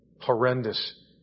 Horrendous